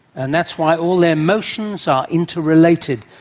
and that's why all their motions are interrelated,